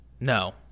No